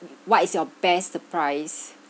what is your best surprise